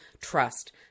trust